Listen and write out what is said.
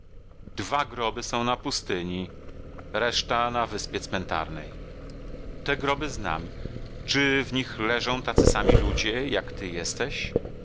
dwa groby są na pustyni reszta na wyspie cmentarnej te groby znam czy w nich leżą tacy sami ludzie jak ty jesteś